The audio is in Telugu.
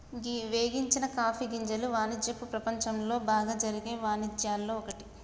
గీ వేగించని కాఫీ గింజల వానిజ్యపు ప్రపంచంలో బాగా జరిగే వానిజ్యాల్లో ఒక్కటి